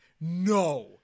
no